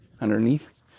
underneath